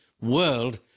world